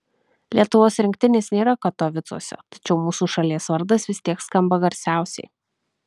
lietuvos rinktinės nėra katovicuose tačiau mūsų šalies vardas vis tiek skamba garsiausiai